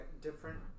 different